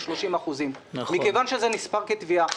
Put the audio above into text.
מכיוון שזה נספר כתביעה.